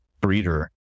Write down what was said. breeder